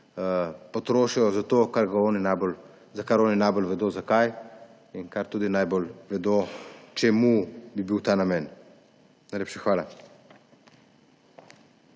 potrošijo za to, za kar oni najbolj vedo, za kaj, in tudi najbolj vedo, čemu bi bil ta namen. Najlepša hvala.